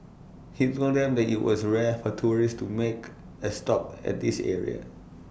he told them that IT was rare for tourists to make A stop at this area